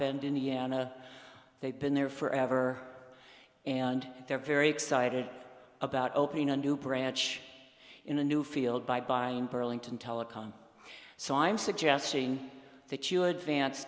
bend indiana they've been there forever and they're very excited about opening a new branch in a new field by buying burlington telecom so i'm suggesting that you advance